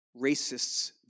racists